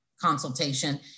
consultation